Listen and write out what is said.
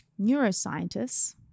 neuroscientists